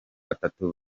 batatu